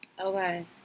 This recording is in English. okay